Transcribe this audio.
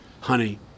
honey